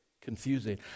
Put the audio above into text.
confusing